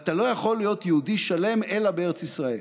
אתה לא יכול להיות יהודי שלם אלא בארץ ישראל.